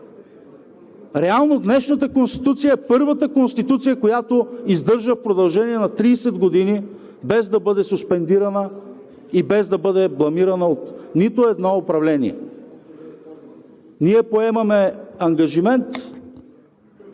Реално днешната Конституция е първата конституция, която издържа в продължение на 30 години, без да бъде суспендирана, без да бъде бламирана от нито едно управление. Ние поемаме ангажимент